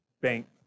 bank